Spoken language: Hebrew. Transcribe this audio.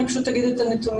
אני פשוט אגיד את הנתונים.